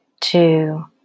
two